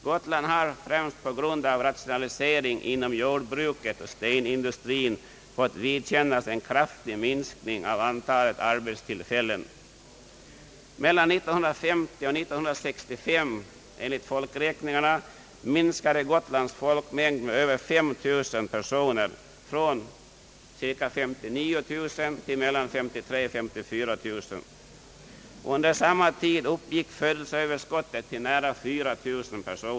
: Gotland har främst på grund av rationaliseringen inom jordbruket och stenindustrin fått vidkännas en kraftig minskning av antalet arbetstillfällen. Mellan 1950 och 19635 minskade enligt folkräkningarna Gotlands folkmängd med över 5000 personer från cirka 59 000 till mellan 53000 och 54000. Under samma tid uppgick födelseöverskottet till nära 4 000.